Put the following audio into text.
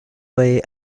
way